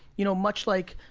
you know, much like,